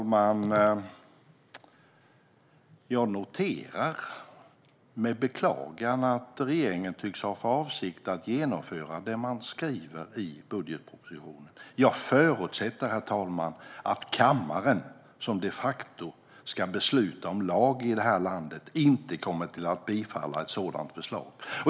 Herr talman! Jag noterar med beklagande att regeringen tycks ha för avsikt att genomföra det man skriver i budgetpropositionen. Jag förutsätter, herr talman, att kammaren, som de facto ska besluta om lag i det här landet, inte kommer att bifalla ett sådant förslag.